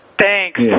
Thanks